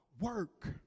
work